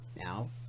Now